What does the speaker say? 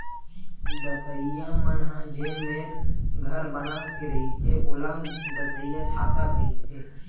दतइया मन ह जेन मेर घर बना के रहिथे ओला दतइयाछाता कहिथे